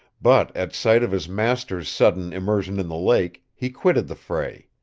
but at sight of his master's sudden immersion in the lake, he quitted the fray.